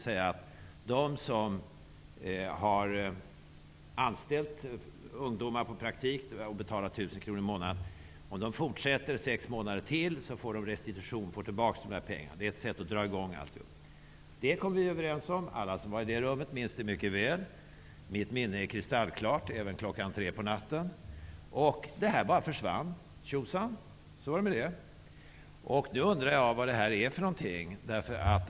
Om de som har anställt ungdomar på praktikplatser och betalar 1 000 kr i månaden fortsätter ytterligare sex månader får de restitution. De skall då få tillbaka pengarna. Det är ett sätt att dra i gång verksamheten. Det här kom vi överens om. Alla som var närvarande i förhandlingsrummet minns det mycket väl. Mitt minne är kristallklart, även klockan tre på natten. Det här förslaget bara försvann. Tjosan, så var det med det. Nu undrar jag vad det egentligen är fråga om.